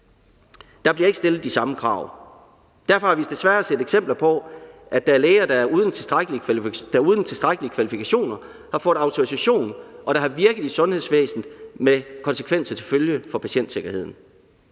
Der bliver ikke stillet de samme krav. Derfor har vi desværre set eksempler på, at der er læger, der uden at have de tilstrækkelige kvalifikationer har fået autorisation og har virket i sundhedsvæsenet med konsekvenser for patientsikkerheden